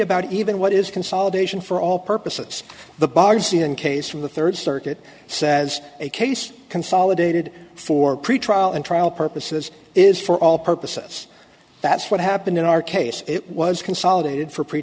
about even what is consolidation for all purposes the bars in case from the third circuit says a case consolidated for pretrial and trial purposes is for all purposes that's what happened in our case it was consolidated for pre